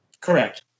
correct